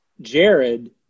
Jared